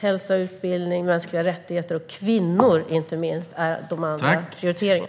Hälsa, utbildning, mänskliga rättigheter och inte minst kvinnor är våra andra prioriteringar.